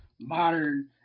modern